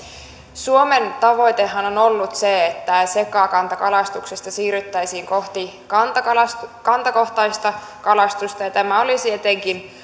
suomen tavoitehan on ollut se että sekakantakalastuksesta siirryttäisiin kohti kantakohtaista kantakohtaista kalastusta tämä olisi etenkin